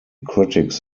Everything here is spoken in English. critics